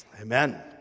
Amen